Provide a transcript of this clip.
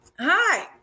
Hi